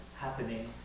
happening